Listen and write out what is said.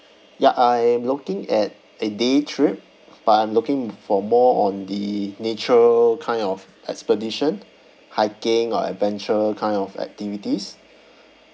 ya I'm looking at a day trip but I'm looking for more on the nature kind of expedition hiking or adventure kind of activities